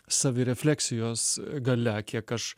savirefleksijos galia kiek aš